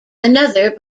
another